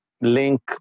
link